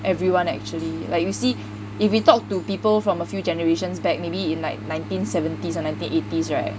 everyone actually like you see if we talk to people from a few generations back maybe in like nineteen seventies or nineteen eighties right